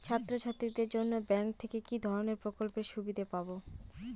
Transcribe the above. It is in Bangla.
ছাত্রছাত্রীদের জন্য ব্যাঙ্ক থেকে কি ধরণের প্রকল্পের সুবিধে পাবো?